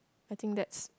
I think that's